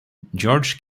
george